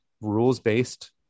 rules-based